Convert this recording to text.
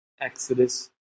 Exodus